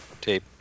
tape